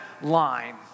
line